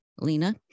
Lena